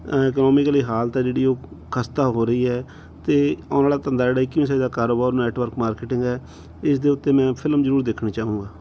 economically ਹਾਲਤ ਹੈ ਜਿਹੜੀ ਉਹ ਖਸਤਾ ਹੋ ਰਹੀ ਹੈ ਅਤੇ ਆਉਣ ਵਾਲਾ ਧੰਦਾ ਜਿਹੜਾ ਇੱਕੀਵੀਂ ਸਦੀ ਦਾ ਕਾਰੋਬਾਰ ਨੈੱਟਵਰਕ ਮਾਰਕੀਟਿੰਗ ਹੈ ਇਸ ਦੇ ਉੱਤੇ ਮੈਂ ਫਿਲਮ ਜ਼ਰੂਰ ਦੇਖਣੀ ਚਾਹੂੰਗਾ